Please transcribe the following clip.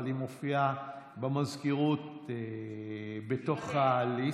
אבל היא מופיעה במזכירות בתוך הליסט,